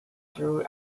through